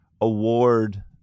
award